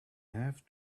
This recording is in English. have